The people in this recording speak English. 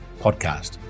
podcast